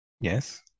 Yes